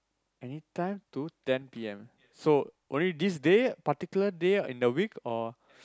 anytime to ten p_m so only this day particular day in the week or